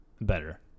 Better